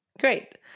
Great